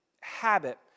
habit